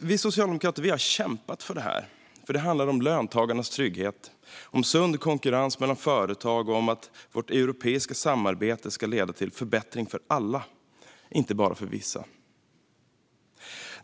Vi socialdemokrater har kämpat för detta. Det handlar om löntagarnas trygghet, om sund konkurrens mellan företag och om att vårt europeiska samarbete ska leda till förbättring för alla, inte bara för vissa.